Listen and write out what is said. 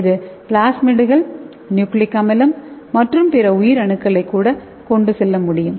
இது பிளாஸ்மிடுகள் நியூக்ளிக் அமிலம் மற்றும் பிற உயிர் அணுக்களைக் கூட கொண்டு செல்ல முடியும்